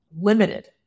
limited